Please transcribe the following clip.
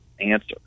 answer